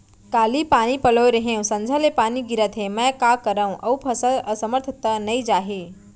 काली पानी पलोय रहेंव, संझा ले पानी गिरत हे, मैं का करंव अऊ फसल असमर्थ त नई जाही?